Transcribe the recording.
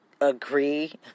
agree